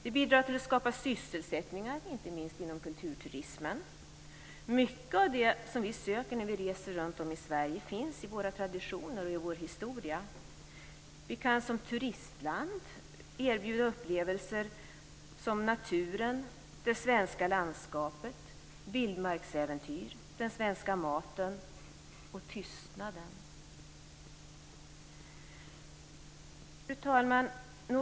Den bidrar till att skapa sysselsättning, inte minst inom kulturturismen. Mycket av det som vi söker när vi reser runtom i Sverige finns i våra traditioner och i vår historia. Vi kan som turistland erbjuda upplevelser som naturen, det svenska landskapet, vildmarksäventyr, den svenska maten och tystnaden. Fru talman!